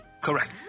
Correct